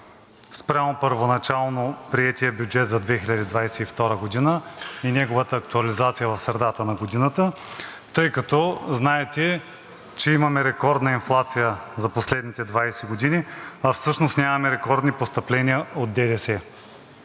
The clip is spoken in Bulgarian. спрямо първоначално приетия бюджет за 2022 г. и неговата актуализация в средата на годината, тъй като знаете, че имаме рекордна инфлация за последните 20 години, а всъщност нямаме рекордни постъпления от ДДС?